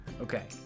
Okay